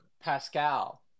Pascal